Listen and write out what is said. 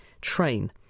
train